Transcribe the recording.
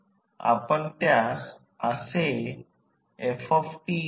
म्हणून भार न करण्यासाठी आणि बाणाने चिन्हांकित केलेली प्रत्येक गोष्ट ही समकक्ष सर्किट आहे